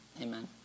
amen